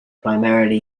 primarily